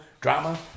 drama